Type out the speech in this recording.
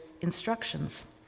instructions